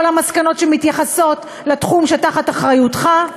המסקנות שמתייחסות לתחום שתחת אחריותך,